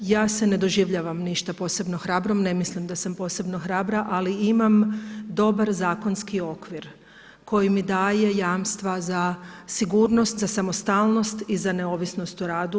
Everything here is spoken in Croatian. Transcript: Ja se ne doživljavam ništa posebno hrabrom, ne mislim da sam posebno hrabra, ali imam dobar zakonski okvir koji mi daje jamstva za sigurnost, za samostalnost i za neovisnost u radu.